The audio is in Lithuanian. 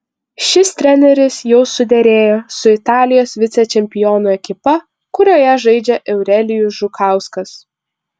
šis treneris jau suderėjo su italijos vicečempionų ekipa kurioje žaidžia eurelijus žukauskas